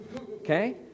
okay